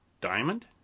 Diamond